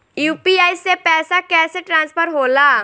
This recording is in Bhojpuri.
यू.पी.आई से पैसा कैसे ट्रांसफर होला?